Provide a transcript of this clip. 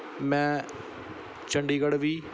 ਮੈਂ ਚੰਡੀਗੜ੍ਹ ਵੀ